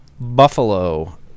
Buffalo